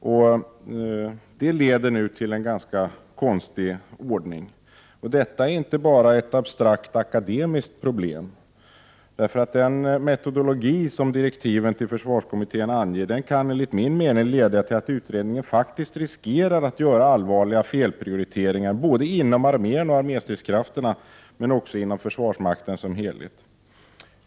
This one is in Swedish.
Det leder nu till en ganska konstig ordning. Detta är inte bara ett abstrakt akademiskt problem. Den metodologi som direktiven till försvarskommittén anger kan enligt min mening leda till att utredningen faktiskt riskerar att göra allvarliga felprioriteringar när det gäller såväl armén och arméstridskrafterna som försvarsmakten i dess helhet.